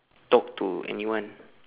talk to anyone